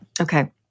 Okay